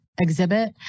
exhibit